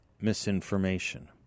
misinformation